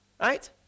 Right